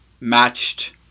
matched –